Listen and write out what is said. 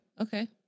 okay